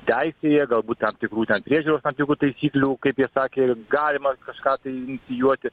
teisėje galbūt tam tikrų ten priežiūros tam tikrų taisyklių kaip jie sakė galima kažką tai inicijuoti